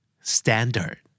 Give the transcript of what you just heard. Standard